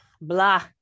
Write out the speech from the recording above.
blah